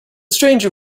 stranger